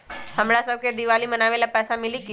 हमरा शव के दिवाली मनावेला पैसा मिली?